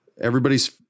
everybody's